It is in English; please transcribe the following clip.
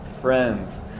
friends